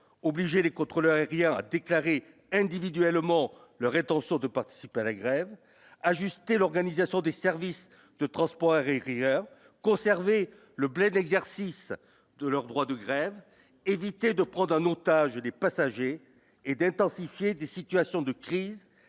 obliger les contrôles aériens a déclaré individuellement leur rétention de participer à la grève ajuster l'organisation des services de transport et rieur, conserver le blé, l'exercice de leur droit de grève, éviter de prendre un otage des passagers et d'intensifier des situations de crise